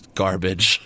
garbage